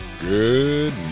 Good